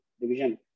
division